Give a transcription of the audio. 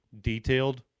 detailed